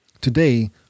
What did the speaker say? Today